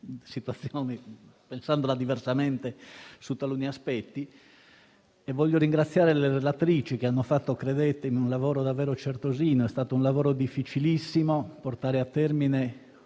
anche a pensarla diversamente su taluni aspetti. Voglio ringraziare le relatrici, che hanno fatto - credetemi - un lavoro davvero certosino; è stato difficilissimo portare a termine